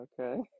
Okay